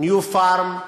"ניו פארם"